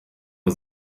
man